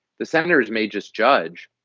the senators may just judge.